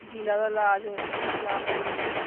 दिलै दा इलाज होऐ जां कोई